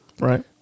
Right